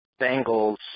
Bengals